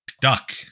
Duck